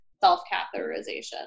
self-catheterization